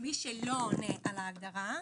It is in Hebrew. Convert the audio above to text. מי שלא עונה על ההגדרה,